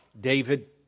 David